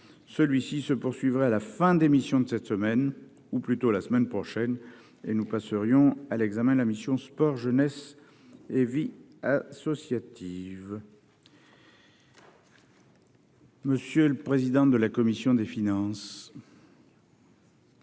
celui-ci se poursuivrait à la fin des missions de cette semaine ou la semaine prochaine, et nous passerions à l'examen de la mission « Sport, jeunesse et vie associative ». La parole est à M. le président de la commission des finances.